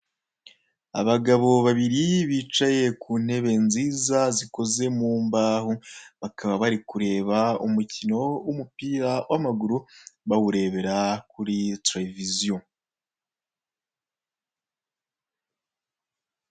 Abagabo babiri bicaye ku ntebe nziza zikoze mu imbaho bakaba bari kureba umukino w'umupira w'amaguru, bawurebera kuri televiziyo.